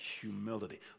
humility